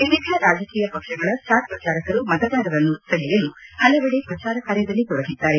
ವಿವಿಧ ರಾಜಕೀಯ ಪಕ್ಷಗಳ ಸ್ಲಾರ್ ಪ್ರಚಾರಕರು ಮತದಾರರನ್ನು ಆಕರ್ಷಿಸಲು ಹಲವೆಡೆ ಪ್ರಚಾರ ಕಾರ್ಯದಲ್ಲಿ ತೊಡಗಿದ್ದಾರೆ